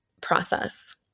process